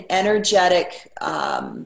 energetic